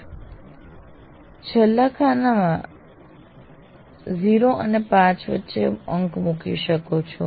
આપ છેલ્લા ખાનામાં 0 અને 5 વચ્ચે અંક મૂકી શકો છો